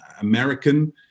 American